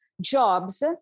jobs